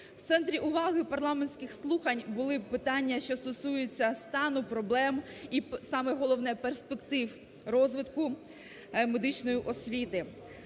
В центрі уваги парламентських слухань були питання, що стосуються стану, проблем і саме головне перспектив розвитку медичної освіти,